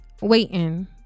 waiting